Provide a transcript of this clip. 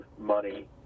money